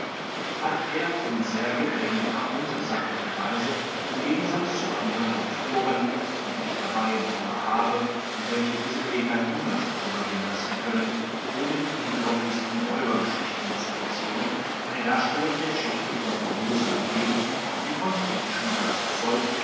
hat er in sehr gedrängter und sachlicher weise im gegensatz zu anderen autoren die ich dabei im auge habe und welche diese gelegenheit niemals vorübergehen lassen können ohne die unglaublichsten räubergeschichten zu erzählen eine darstellung der geschichte von formosa gegeben die von kritischem geist zeugt